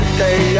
day